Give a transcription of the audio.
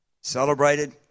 celebrated